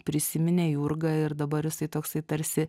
prisiminė jurga ir dabar jisai toksai tarsi